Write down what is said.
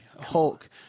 Hulk